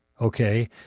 Okay